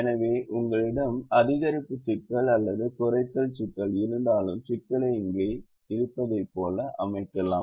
எனவே உங்களிடம் அதிகரிப்பு சிக்கல் அல்லது குறைத்தல் சிக்கல் இருந்தாலும் சிக்கலை இங்கே இருப்பதைப் போல அமைக்கலாம்